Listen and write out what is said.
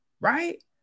right